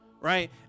Right